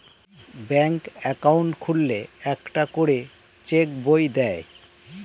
ব্যাঙ্কে অ্যাকাউন্ট খুললে একটা করে চেক বই দেয়